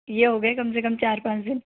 यह हो गए कम से कम चार पाँच दिन